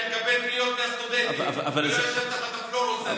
אני מקבל פניות מהסטודנטים ולא יושב תחת הפלורוסנט.